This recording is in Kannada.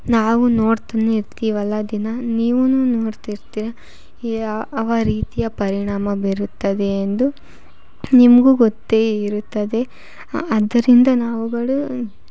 ನಾವು ನೋಡ್ತಾನೆ ಇರ್ತೀವಲ್ಲ ದಿನ ನೀವೂ ನೋಡ್ತಿರ್ತೀರ ಯಾವ ರೀತಿಯ ಪರಿಣಾಮ ಬೀರುತ್ತದೆ ಎಂದು ನಿಮಗೂ ಗೊತ್ತೇ ಇರುತ್ತದೆ ಆದ್ದರಿಂದ ನಾವುಗಳು